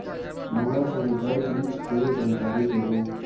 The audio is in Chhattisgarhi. मोला संकर बीज के जानकारी देवो?